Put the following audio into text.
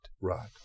Right